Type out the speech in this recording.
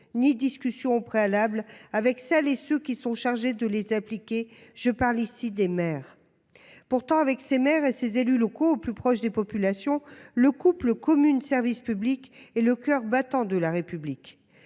ni discussion préalable avec celles et ceux qui sont chargés de les appliquer : je parle ici des maires. Pourtant, grâce aux maires et aux élus locaux qui sont au plus près des populations, le couple commune-services publics est le coeur battant de la République.